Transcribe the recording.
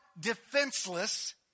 defenseless